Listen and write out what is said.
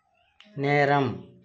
நேரம்